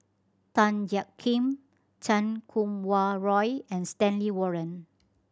Tan Jiak Kim Chan Kum Wah Roy and Stanley Warren